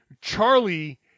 Charlie –